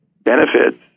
benefits